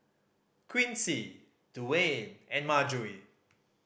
Quincy Dewayne and Margery